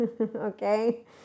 okay